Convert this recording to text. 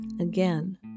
Again